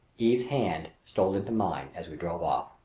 eve's hand stole into mine as we drove off.